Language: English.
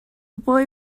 boy